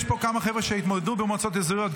יש פה כמה חבר'ה שהתמודדו במועצות אזוריות.